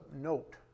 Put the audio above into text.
note